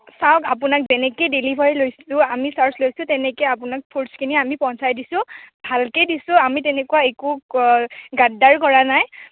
চাওঁক আপোনাক যেনেকৈ ডেলিভাৰী লৈছিলো আমি চাৰ্জ লৈছোঁ তেনেকেই আপোনাক ফ্ৰোটছখিনি আমি পহুচাই দিছোঁ ভালকৈ দিছোঁ আমি তেনেকুৱা একো ক গাদ্দাৰো কৰা নাই